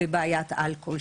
בבעיית האלכוהול,